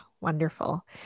wonderful